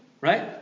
Right